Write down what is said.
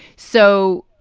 so,